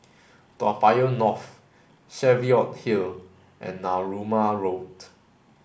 Toa Payoh North Cheviot Hill and Narooma Road